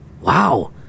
Wow